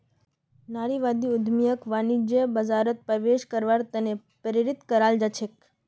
नारीवादी उद्यमियक वाणिज्यिक बाजारत प्रवेश करवार त न प्रेरित कराल जा छेक